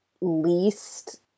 least